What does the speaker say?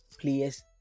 players